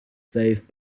saved